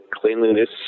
cleanliness